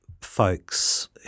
folks